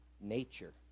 nature